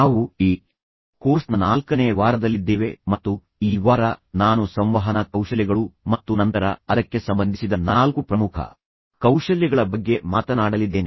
ನಾವು ಈ ಕೋರ್ಸ್ನ ನಾಲ್ಕನೇ ವಾರದಲ್ಲಿದ್ದೇವೆ ಮತ್ತು ಈ ವಾರ ನಾನು ಸಂವಹನ ಕೌಶಲ್ಯಗಳು ಮತ್ತು ನಂತರ ಅದಕ್ಕೆ ಸಂಬಂಧಿಸಿದ ನಾಲ್ಕು ಪ್ರಮುಖ ಕೌಶಲ್ಯಗಳ ಬಗ್ಗೆ ಮಾತನಾಡಲಿದ್ದೇನೆ